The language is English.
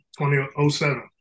2007